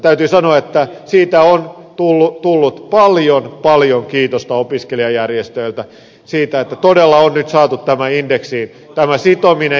täytyy sanoa että on tullut paljon paljon kiitosta opiskelijajärjestöiltä siitä että todella on nyt saatu tämä indeksiin sitominen